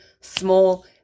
small